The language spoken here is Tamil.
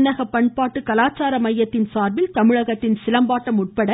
தென்னக பண்பாட்டு கலாச்சார மையத்தின் சார்பில் தமிழகத்தின் சிலம்பாட்டம் உட்பட